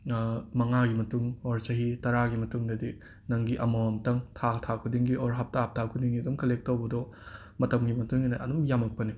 ꯃꯉꯥꯒꯤ ꯃꯇꯨꯡ ꯑꯣꯔ ꯆꯍꯤ ꯇꯔꯥꯒꯤ ꯃꯇꯨꯡꯗꯗꯤ ꯅꯪꯒꯤ ꯑꯃꯃꯝꯇꯪ ꯊꯥ ꯊꯥ ꯈꯨꯗꯤꯡꯒꯤ ꯑꯣꯔ ꯍꯞꯇꯥ ꯍꯞꯇꯥ ꯈꯨꯗꯤꯡꯒꯤ ꯗꯨꯝ ꯀꯂꯦꯛ ꯇꯧꯕꯗꯣ ꯃꯇꯝꯒꯤ ꯃꯇꯨꯡ ꯏꯟꯅ ꯑꯗꯨꯝ ꯌꯥꯃꯛꯄꯅꯤ